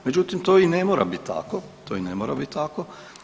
Međutim, to i ne mora biti tako, to i ne mora biti tako.